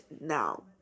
now